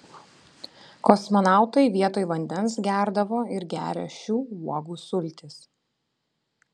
kosmonautai vietoj vandens gerdavo ir geria šių uogų sultis